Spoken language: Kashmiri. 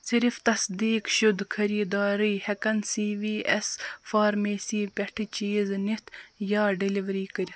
صِرف تصدیٖق شُدٕ خٔریٖدارٕے ہٮ۪کن سی وی اٮ۪س فارمیسی پٮ۪ٹھٕ چیٖز نِتھ یا ڈیلِؤری کٔرِتھ